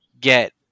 get